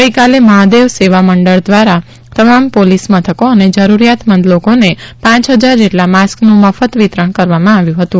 ગઇકાલે મહાદેવ સેવા મંડળ દ્વારા તમામ પોલીસ મહામથકો અને જરૂરીયાતમંદ લોકોને પાંચ હજાર જેટલા માસ્કનું મફત વિતરણ કરવામાં આવ્યું હતુ